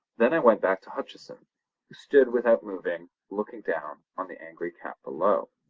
then i went back to hutcheson, who stood without moving, looking down on the angry cat below.